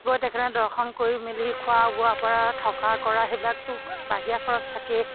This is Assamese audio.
গৈ তেখেতে দৰ্শন কৰি মেলি খোৱা বোৱাৰ পৰা থকা কৰা সেইবিলাকতো বাহিৰা খৰচ থাকেই